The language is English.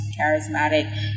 charismatic